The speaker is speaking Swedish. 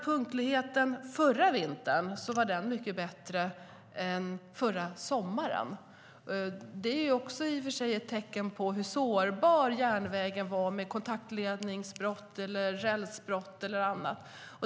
Punktligheten förra vintern var mycket bättre än förra sommaren. Det är i och för sig ett tecken på hur sårbar järnvägen var med kontaktledningsbrott, rälsbrott och annat.